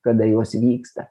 kada jos vyksta